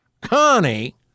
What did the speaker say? Connie